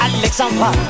Alexandra